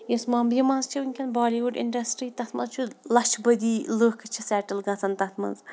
یُس مۄمبیہِ منٛز چھِ وٕنۍکٮ۪ن بالیٖوُڈ اِنڈَسٹِرٛی تَتھ منٛز چھُ لَچھِ بٔدی لٔکھ چھِ سٮ۪ٹٕل گژھان تَتھ منٛز